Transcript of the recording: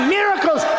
miracles